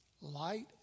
Light